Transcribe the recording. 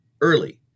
early